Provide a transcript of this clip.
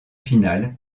finale